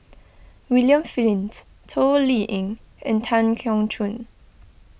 William Flint Toh Liying and Tan Keong Choon